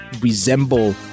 resemble